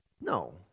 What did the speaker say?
No